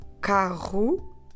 carro